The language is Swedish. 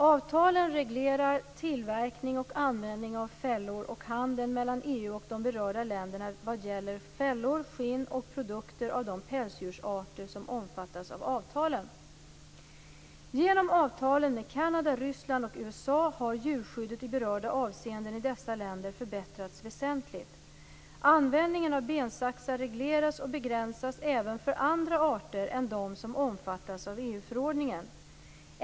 Avtalen reglerar tillverkning och användning av fällor och handeln mellan EU och de berörda länderna vad gäller fällor, skinn och produkter av de pälsdjursarter som omfattas av avtalen. har djurskyddet i berörda avseenden i dessa länder förbättrats väsentligt. Användningen av bensaxar regleras och begränsas även för andra arter än de som omfattas av EU-förordningen.